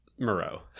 Moreau